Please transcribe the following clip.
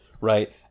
right